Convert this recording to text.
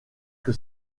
que